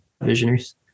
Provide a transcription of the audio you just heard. visionaries